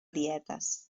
dietes